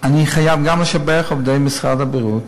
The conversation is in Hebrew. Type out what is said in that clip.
אני חייב גם לשבח את עובדי משרד הבריאות,